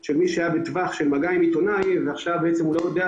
אז כשאני צריך לאזן